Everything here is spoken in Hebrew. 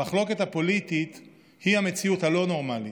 המחלוקת הפוליטית היא המציאות הלא-נורמלית.